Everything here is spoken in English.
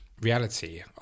reality